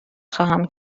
خواهم